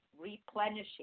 replenishing